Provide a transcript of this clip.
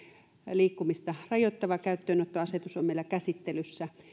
liikkumista rajoittava käyttöönottoasetus on meillä käsittelyssä